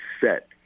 set